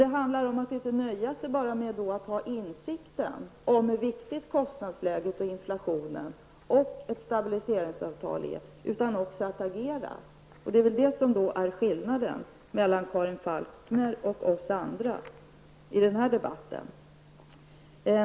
Det handlar om att inte bara nöja sig med insikten om hur viktigt det är med kostnadsläget, inflationen och ett stabiliseringsavtal, utan också om att agera. Det är väl det som är skillnaden mellan Karin Falkmer och oss andra i denna debatt.